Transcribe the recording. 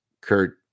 Kurt